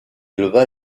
leva